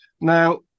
Now